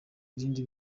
irindi